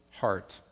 heart